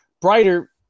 brighter